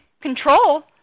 control